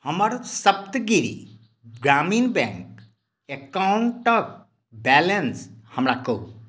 हमर सप्तगिरि ग्रामीण बैंक अकाउंटक बैलेंस हमरा कहू